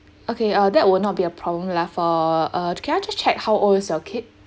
okay uh that will not be a problem lah for uh can I just check how old is your kid